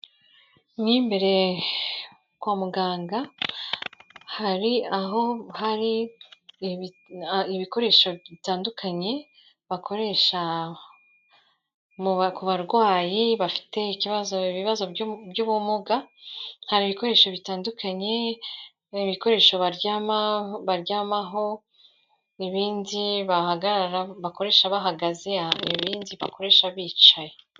Mwi imbere kwa muganga hari aho hari ibikoresho bitandukanye bakoresha mu barwayi bafite ikibazo ibibazo by'ubumuga hari ibikoresho bitandukanye ibikoresho baryamaho ibindi bakoresha bahagaze ibindi bakoresha bicaye.